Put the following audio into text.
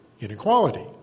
inequality